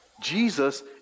Jesus